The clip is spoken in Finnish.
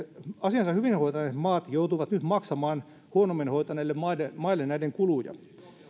asiansa hyvin hoitaneet maat joutuvat nyt maksamaan huonommin hoitaneille maille maille näiden kuluja